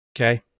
Okay